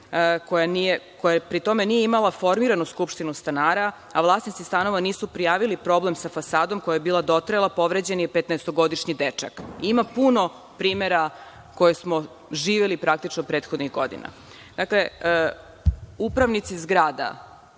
koja pri tome nije imala formiranu skupštinu stanara, a vlasnici stanova nisu prijavili problem sa fasadom koja je bila dotrajala, povređen je petnaestogodišnji dečak. Ima puno primera koje smo živeli praktično prethodnih godina. Dakle, upravnici zgrada